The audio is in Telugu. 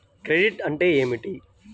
క్రెడిట్ అంటే ఏమిటి?